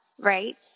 right